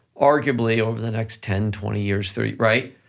arguably, over the next ten, twenty years, thirty, right,